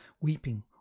weeping